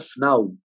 Now